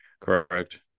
correct